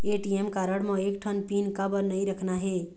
ATM card म एक ठन पिन काबर नई रखना हे?